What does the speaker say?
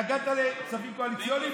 התנגדת לצווים קואליציוניים?